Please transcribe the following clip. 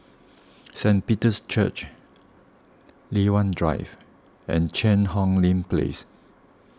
Saint Peter's Church Li Hwan Drive and Cheang Hong Lim Place